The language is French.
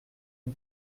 une